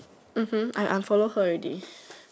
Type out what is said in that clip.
okay I'm I'm follow her already